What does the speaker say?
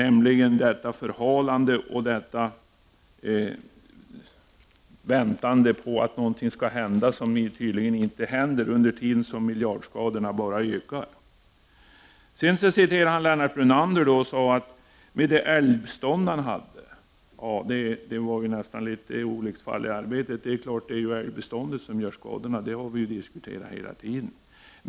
Det hela förhalas i väntan på att någonting skall hända. Men det händer tydligen ingenting, och under tiden bara ökar miljardskadorna. Martin Segerstedt citerade också vad Lennart Brunander sade om det älgbestånd en bonde hade. Detta var väl närmast ett olycksfall i arbetet. Det är klart att det är älgbeståndet som åstadkommer skadorna — det har vi ju diskuterat hela tiden.